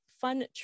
fun